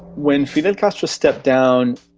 when fidel castro stepped down,